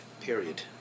period